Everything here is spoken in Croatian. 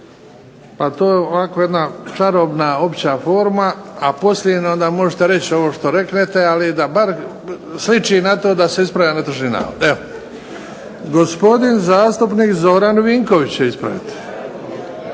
a to je jedna ovako čarobna obična forma, a poslije možete reći ovo što reknete, ali da bar sliči na to da se ispravlja netočan navod. Gospodin zastupnik Zoran Vinković će ispraviti.